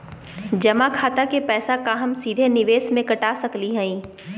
जमा खाता के पैसा का हम सीधे निवेस में कटा सकली हई?